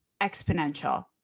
exponential